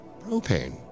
Propane